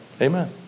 Amen